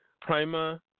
Prima